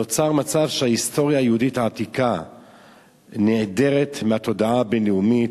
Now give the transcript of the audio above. נוצר מצב שההיסטוריה היהודית העתיקה נעדרת מהתודעה הבין-לאומית,